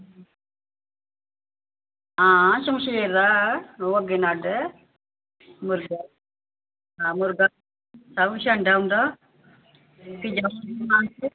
हां शमशैर दा ऐ ओह् अग्गे नड्ड मुर्गा सब किश अंडा फिह् जो किश